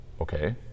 okay